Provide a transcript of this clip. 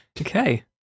Okay